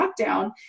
lockdown